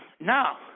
Now